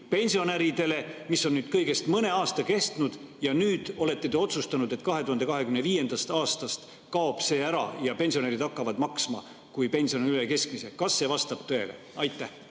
pensionäridele. See on kõigest mõne aasta kestnud, aga nüüd olete te otsustanud, et 2025. aastast kaob see ära ja pensionärid hakkavad [tulumaksu] maksma, kui pension on üle keskmise. Kas see vastab tõele? Aitäh,